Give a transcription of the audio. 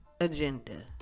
agenda